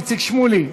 איציק שמולי,